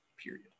period